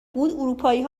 بود، اروپایی